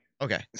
Okay